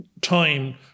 time